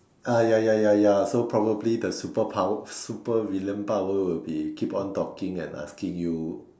I ya ya ya ya so probably the super power super villain power will be keep on talking and asking you